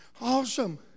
awesome